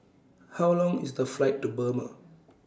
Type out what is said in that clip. How Long IS The Flight to Burma